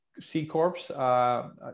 C-Corps